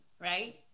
right